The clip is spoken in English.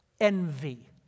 envy